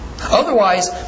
Otherwise